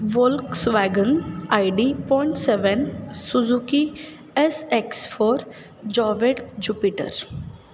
Volkswagen I D point seven Suzuki S X four Jowett Jupiter